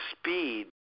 speed